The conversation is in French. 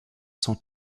sont